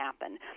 happen